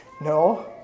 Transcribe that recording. no